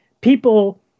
people